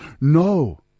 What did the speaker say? No